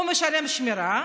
הוא משלם שמירה,